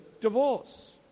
divorce